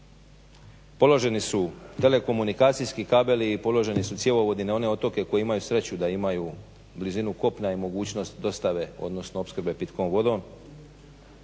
položeni su telekomunikacijski kabeli i položeni su cjevovodi na one otoke koji imaju sreću da imaju blizinu kopna i mogućnost dostave, odnosno opskrbe pitkom vodom,